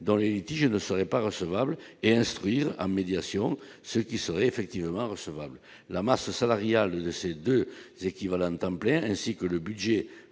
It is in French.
dans les 10 je ne serais pas recevable et instruire à médiation ce qui serait effectivement recevable la masse salariale de ces 2 équivalents temps plein, ainsi que le budget